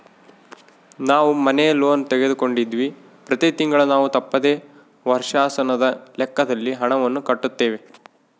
ನಾವು ಮನೆ ಲೋನ್ ತೆಗೆದುಕೊಂಡಿವ್ವಿ, ಪ್ರತಿ ತಿಂಗಳು ನಾವು ತಪ್ಪದೆ ವರ್ಷಾಶನದ ಲೆಕ್ಕದಲ್ಲಿ ಹಣವನ್ನು ಕಟ್ಟುತ್ತೇವೆ